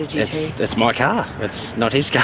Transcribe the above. it's it's my car, it's not his car.